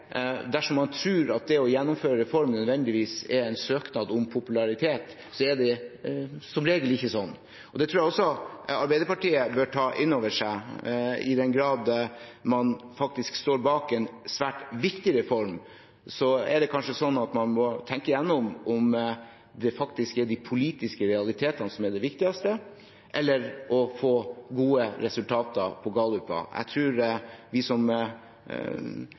dersom man tror at det å gjennomføre reformer nødvendigvis er en søknad om popularitet, er det som regel ikke sånn. Det tror jeg også Arbeiderpartiet bør ta inn over seg. I den grad man står bak en svært viktig reform, må man kanskje tenke gjennom om det er de politiske realitetene som er det viktigste, eller å få gode resultater på galluper. Jeg tror vi som